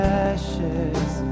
ashes